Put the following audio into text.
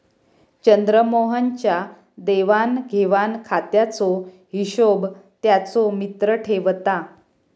चंद्रमोहन च्या देवाण घेवाण खात्याचो हिशोब त्याचो मित्र ठेवता